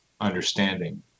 understanding